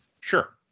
Sure